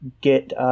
get